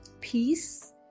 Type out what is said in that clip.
peace